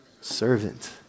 Servant